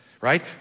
Right